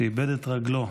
שאיבד את רגלו.